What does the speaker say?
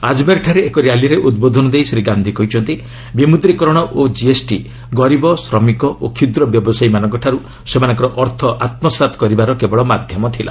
ଆଜମେରଠାରେ ଏକ ର୍ୟାଲିରେ ଉଦ୍ବୋଧନ ଦେଇ ଶ୍ରୀ ଗାନ୍ଧି କହିଛନ୍ତି ବିମୁଦ୍ରିକରଣ ଓ ଜିଏସ୍ଟି ଗରିବ ଶ୍ରମିକ ଓ କ୍ଷୁଦ୍ର ବ୍ୟବସାୟୀମାନଙ୍କଠାରୁ ସେମାନଙ୍କର ଅର୍ଥ ଆତ୍କସାତ କରିବାର କେବଳ ମାଧ୍ୟମ ଥିଲା